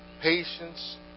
patience